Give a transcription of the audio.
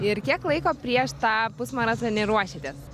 ir kiek laiko prieš tą pusmaratonį ruošėtės